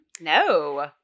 No